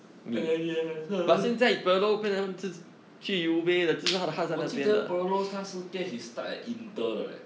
ah 你也是 ah 我记得 pirlo 他是 get his start at inter 的 leh